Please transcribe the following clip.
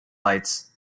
lights